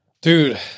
Dude